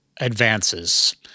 advances